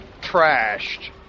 trashed